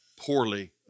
poorly